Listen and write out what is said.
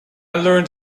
learned